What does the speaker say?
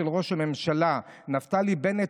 של ראש הממשלה נפתלי בנט,